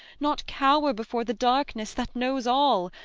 not cower before the darkness that knows all,